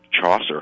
Chaucer